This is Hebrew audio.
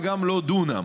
וגם לא דונם.